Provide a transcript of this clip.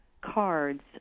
cards